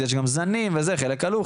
יש גם זנים וזה וחלק מהם עלו,